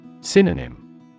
Synonym